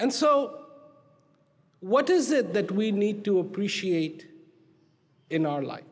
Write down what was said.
and so what is it that we need to appreciate in our life